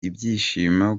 ibyishimo